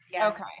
Okay